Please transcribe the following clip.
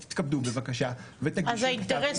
אז תתכבדו בבקשה ותגישו כתב אישום.